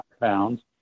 pounds